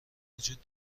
وجود